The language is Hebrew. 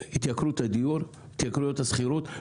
התייקרות הדיור, התייקרות השכירות.